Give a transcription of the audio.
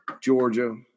Georgia